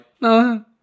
no